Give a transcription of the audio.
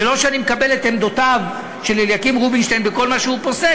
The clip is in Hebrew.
ולא שאני מקבל את עמדותיו של אליקים רובינשטיין בכל מה שהוא פוסק,